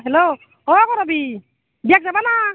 hello অ' কৰবী বিয়াত যাবা না